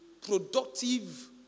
productive